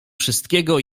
wszystkiego